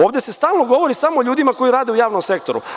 Ovde se stalno govori samo o ljudima koji rade u javnom sektoru.